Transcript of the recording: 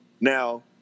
now